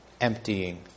emptying